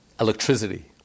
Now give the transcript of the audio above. electricity